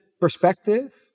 perspective